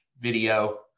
video